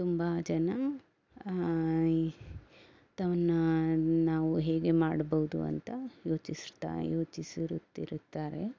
ತುಂಬ ಜನ ಈ ತನ್ನ ನಾವು ಹೇಗೆ ಮಾಡ್ಬೌದು ಅಂತ ಯೋಚಿಸುತ್ತಾ ಯೋಚಿಸಿರುತ್ತಿರುತ್ತಾರೆ